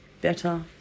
better